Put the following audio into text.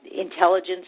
intelligence